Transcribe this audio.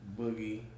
Boogie